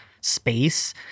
space